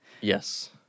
Yes